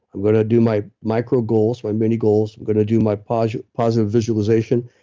going to do my micro-goals, my mini-goals. i'm going to do my positive positive visualization,